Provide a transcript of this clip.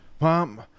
Mom